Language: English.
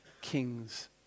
kings